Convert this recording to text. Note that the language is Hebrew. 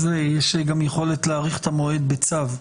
יש גם יכולת להאריך את המועד בצו.